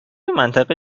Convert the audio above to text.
منطقه